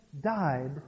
died